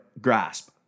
grasp